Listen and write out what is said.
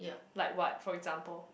like what for example